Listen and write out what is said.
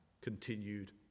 continued